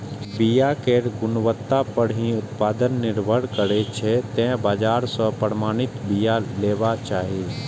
बिया केर गुणवत्ता पर ही उत्पादन निर्भर करै छै, तें बाजार सं प्रमाणित बिया लेबाक चाही